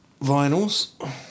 vinyls